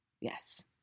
Yes